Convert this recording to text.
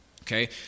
Okay